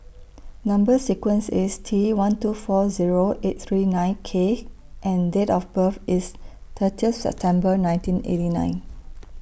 Number sequence IS T one two four Zero eight three nine K and Date of birth IS thirtieth September nineteen eighty nine